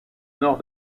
nord